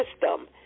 system